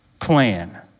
plan